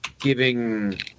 giving